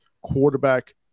quarterback